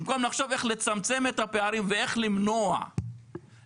במקום לחשוב איך לצמצם את הפערים ואיך למנוע פערים